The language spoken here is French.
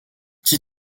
qui